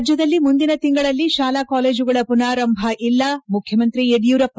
ರಾಜ್ಯದಲ್ಲಿ ಮುಂದಿನ ತಿಂಗಳಲ್ಲಿ ಶಾಲಾ ಕಾಲೇಜುಗಳ ಪುನಾರಂಭ ಇಲ್ಲ ಮುಖ್ಯಮಂತ್ರಿ ಯಡಿಯೂರಪ್ಪ